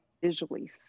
visually